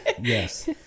yes